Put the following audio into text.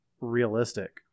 realistic